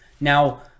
Now